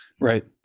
Right